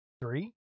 three